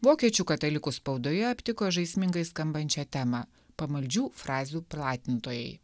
vokiečių katalikų spaudoje aptiko žaismingai skambančią temą pamaldžių frazių platintojai